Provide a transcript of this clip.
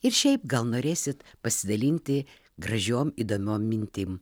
ir šiaip gal norėsit pasidalinti gražiom įdomiom mintim